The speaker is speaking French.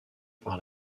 par